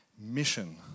mission